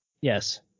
Yes